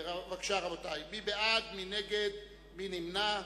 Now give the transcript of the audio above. רבותי, מי בעד, מי נגד ומי נמנע?